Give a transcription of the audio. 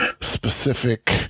specific